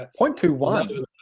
0.21